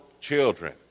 children